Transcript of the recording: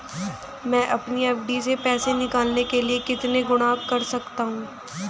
मैं अपनी एफ.डी से पैसे निकालने के लिए कितने गुणक कर सकता हूँ?